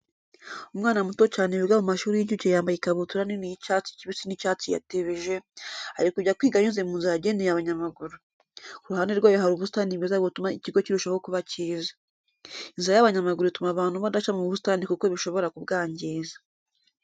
Umwana muto cyane wiga mu mashuri y'incuke yambaye ikabutura nini y'icyatsi kibisi n'ishati yatebeje, ari kujya kwiga anyuze mu nzira yegenewe abanyamaguru. Ku ruhande rwayo hari ubusitani bwiza butuma ikigo kirushaho kuba kiza. Inzira y'abanyamaguru ituma abantu badaca mu busitani kuko bishobora kubwangiza.